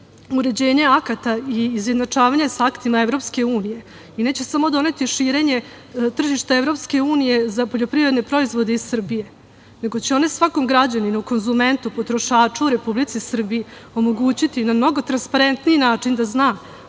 uređenje akata i izjednačavanje sa aktima EU i neće samo doneti širenje tržišta EU za poljoprivredne proizvode iz Srbije, nego će on svakom građaninu, konzumentu, potrošaču u Republici Srbiji omogućiti na mnogo transparentniji način da zna